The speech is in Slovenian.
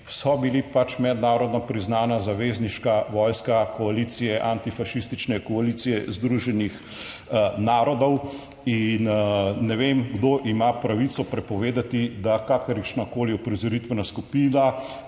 so bili pač mednarodno priznana zavezniška vojska koalicije, antifašistične koalicije Združenih narodov. In ne vem, kdo ima pravico prepovedati, da kakršnakoli uprizoritvena skupina